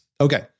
Okay